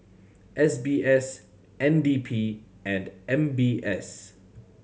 S B S N D P and M B S